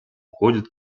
уходит